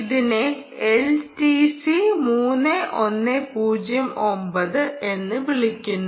ഇതിനെ എൽടിസി 3109 എന്ന് വിളിക്കുന്നു